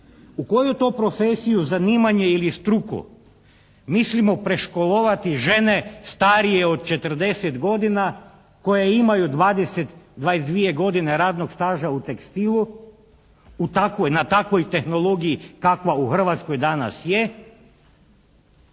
U koju to profesiju, zanimanje ili struku mislimo preškolovati žene starije od 40 godina koje imaju 20, 22 godine radnog staža u tekstilu, na takvoj tehnologiji kakva u Hrvatskoj danas je